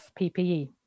PPE